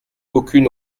aucune